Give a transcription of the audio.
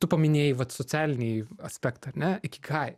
tu paminėjai vat socialiniai aspektai ar ne ikigai